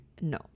No